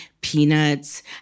peanuts